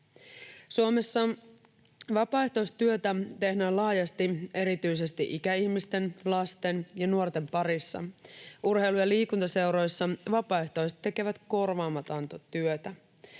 Suomessa vapaaehtoistyötä tehdään laajasti erityisesti ikäihmisten, lasten ja nuorten parissa. Urheilu- ja liikuntaseuroissa vapaaehtoiset tekevät korvaamatonta työtä.